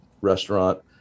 restaurant